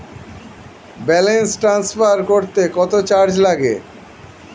Balance transfer করতে কত charge লাগে?